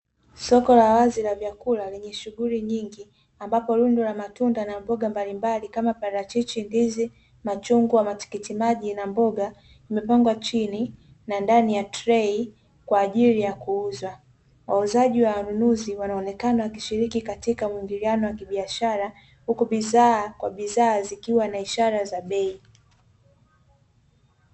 Soko la wazi la vyakula lenye shughuli nyingi ambapo rundo la matunda na mboga mbalimbali kama parachichi, ndizi, machungwa, matikiti maji na mboga vimepangwa chini na ndani ya trei kwa ajili ya kuuzwa. Wauzaji na wanunuzi wanaonekana wakishiriki katika mwingiliano wa kibiashara huku bidhaa kwa bidhaa zikiwa na ishara za bei.